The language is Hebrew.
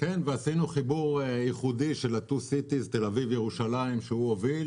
עשינו חיבור ייחודי של שתי הערים: תל-אביב וירושלים שהשר הוביל.